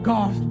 God